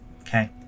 Okay